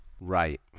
Right